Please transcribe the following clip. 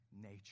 nature